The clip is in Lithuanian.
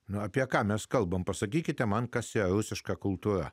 nuo apie ką mes kalbame pasakykite man kas yra rusiška kultūra